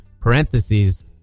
parentheses